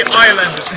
island!